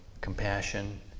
compassion